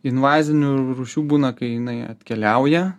invazinių rūšių būna kai jinai atkeliauja